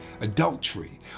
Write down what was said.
adultery